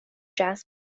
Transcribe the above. jazz